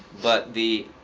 but the